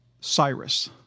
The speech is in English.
Cyrus